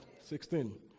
Sixteen